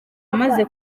amaze